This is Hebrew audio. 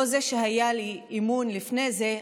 זה לא שהיה לי אמון לפני זה,